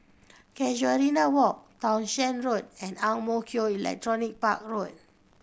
Casuarina Walk Townshend Road and Ang Mo Kio Electronics Park Road